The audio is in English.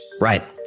Right